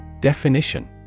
Definition